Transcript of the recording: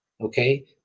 okay